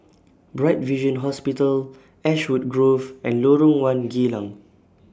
Bright Vision Hospital Ashwood Grove and Lorong one Geylang